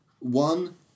One